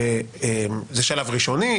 זה שלב ראשוני,